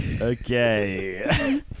Okay